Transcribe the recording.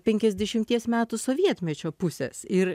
penkiasdešimties metų sovietmečio pusės ir